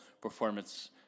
performance